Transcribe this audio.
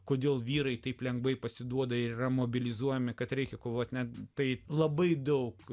kodėl vyrai taip lengvai pasiduoda yra mobilizuojami kad reikia kovoti net tai labai daug